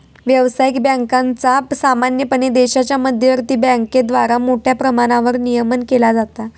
व्यावसायिक बँकांचा सामान्यपणे देशाच्या मध्यवर्ती बँकेद्वारा मोठ्या प्रमाणावर नियमन केला जाता